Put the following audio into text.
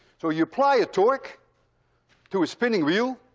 so you apply a torque to a spinning wheel.